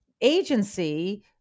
agency